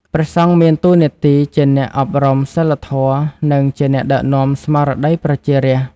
ព្រះសង្ឃមានតួនាទីជាអ្នកអប់រំសីលធម៌ និងជាអ្នកដឹកនាំស្មារតីប្រជារាស្ត្រ។